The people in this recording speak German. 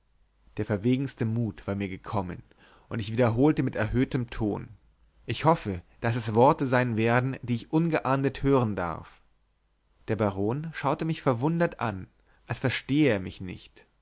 der verwegenste mut war mir gekommen und ich wiederholte mit erhöhtem ton ich hoffe daß es worte sein werden die ich ungeahndet hören darf der baron schaute mich verwundert an als verstehe er mich nicht